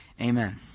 amen